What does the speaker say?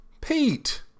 Pete